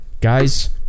guys